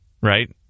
right